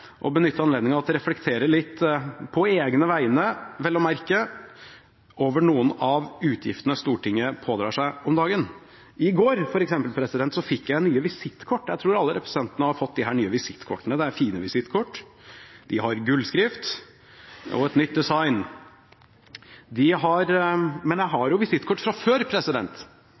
benytte anledningen til å reflektere litt – på egne vegne, vel å merke – rundt noen av utgiftene Stortinget pådrar seg om dagen. I går, f.eks., fikk jeg nye visittkort. Jeg tror alle representantene har fått disse visittkortene, fine visittkort med gullskrift og nytt design. Men jeg har visittkort fra før,